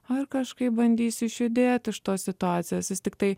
ar kažkaip bandys išjudėti iš tos situacijos jis tiktai